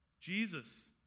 Jesus